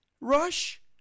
rush